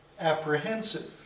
apprehensive